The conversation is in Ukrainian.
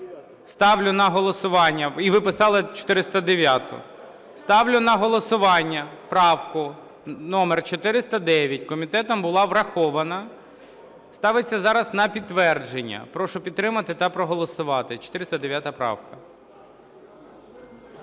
Ставлю на голосування… І ви писали 409-у. Ставлю на голосування правку номер 409. Комітетом була врахована. Ставиться зараз на підтвердження. Прошу підтримати та проголосувати. 409 правка.